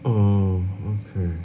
oh okay